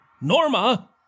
Norma